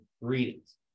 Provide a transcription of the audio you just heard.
readings